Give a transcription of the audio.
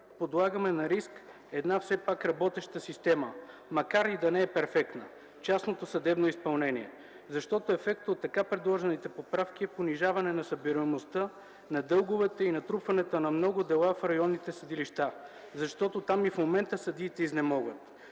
подлагаме на риск една все пак работеща система, макар и да не е перфектна – частното съдебно изпълнение. Защото ефектът от така предложените поправки е понижаване на събираемостта на дълговете и натрупванията на много дела в районните съдилища, защото там и в момента съдиите изнемогват.